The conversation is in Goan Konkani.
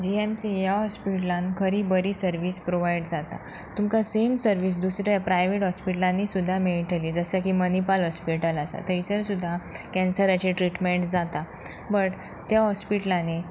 जी ऍम सी ह्या हॉस्पिटलान खरी बरी सर्वीस प्रोवायड जाता तुमकां सेम सर्वीस दुसऱ्या प्रायवेट हॉस्पिटलांनी सुद्दां मेळटली जशें की मणीपाल हॉस्पिटल आसा थंयसर सुद्दां कॅन्सराची ट्रिटमँट जाता बट त्या हॉस्पिटलांनी